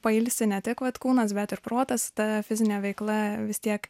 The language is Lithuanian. pailsi ne tik vat kūnas bet ir protas ta fizinė veikla vis tiek